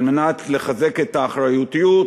על מנת לחזק את האחריותיות,